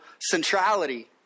centrality